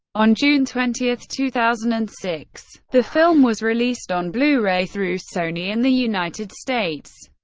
on june twenty, two thousand and six, the film was released on blu-ray through sony in the united states.